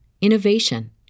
innovation